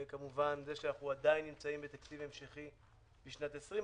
וכמובן זה שאנחנו עדיין נמצאים בתקציב המשכי לשנת 2020,